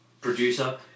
producer